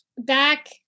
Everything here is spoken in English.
Back